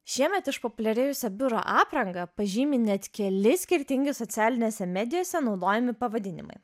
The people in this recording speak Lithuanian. šiemet išpopuliarėjusią biuro aprangą pažymi net keli skirtingi socialinėse medijose naudojami pavadinimai